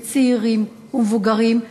צעירים ומבוגרים,